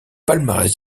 palmarès